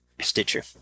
Stitcher